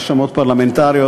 רשמות פרלמנטריות,